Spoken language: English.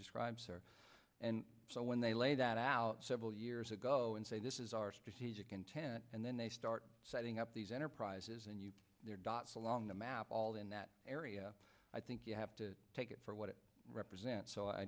describe sir and so when they laid that out several years ago and say this is our strategic intent and then they start setting up these enterprises and you along the map all in that area i think you have to take it for what it represents so i